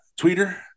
Tweeter